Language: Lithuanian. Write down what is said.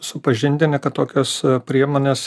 supažindini kad tokios priemonės